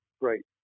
great